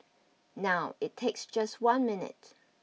now it takes just one minute